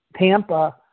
Tampa